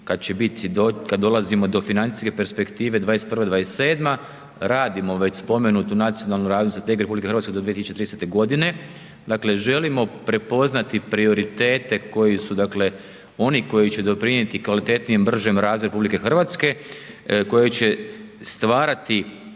kad dolazimo do financijske perspektive 2021.-2027., radimo već spomenutu Nacionalnu razvojnu strategiju RH do 2030. g., dakle želimo prepoznati prioritete koji su dakle oni koji će doprinijeti kvalitetnijem, bržem razviju RH, koji će stvarati